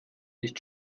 ist